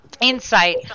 insight